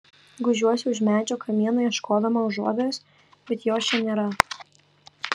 gūžiuosi už medžio kamieno ieškodama užuovėjos bet jos čia nėra